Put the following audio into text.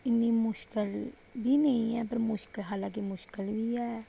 इन्नी मुश्कल बी नेईं ऐ पर हालां के मुश्कल बी ऐ